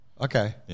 Okay